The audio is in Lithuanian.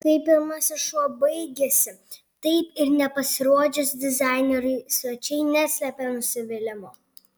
kai pirmasis šou baigėsi taip ir nepasirodžius dizaineriui svečiai neslėpė nusivylimo